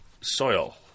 soil